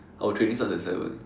out training starts at seven